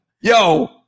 Yo